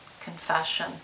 confession